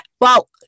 Well-